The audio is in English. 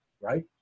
right